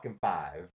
five